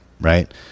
right